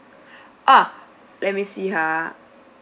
ah let me see ha